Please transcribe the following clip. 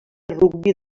rugbi